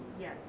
Yes